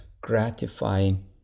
gratifying